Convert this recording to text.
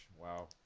Wow